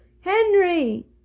Henry